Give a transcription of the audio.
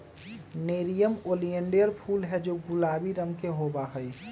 nerium oleander फूल हैं जो गुलाबी रंग के होबा हई